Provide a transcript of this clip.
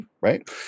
right